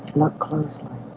look closely